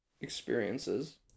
experiences